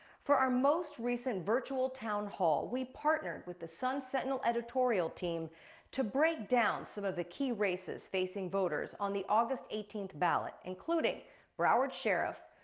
for our most recent virtual town hall we partnered with the sun sentinel editorial team to break down some of the key races facing voters on the august eighteenth ballot, including broward sheriff,